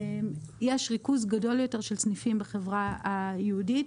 יש ריכוז גדול יותר של סניפים בחברה היהודית,